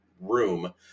room